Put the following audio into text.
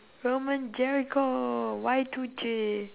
roman jericho Y to J